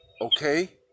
okay